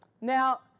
Now